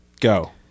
Go